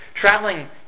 traveling